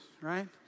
right